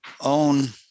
own